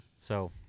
So-